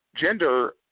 gender